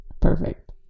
perfect